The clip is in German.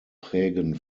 prägen